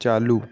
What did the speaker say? चालू